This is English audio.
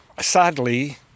sadly